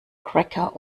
cracker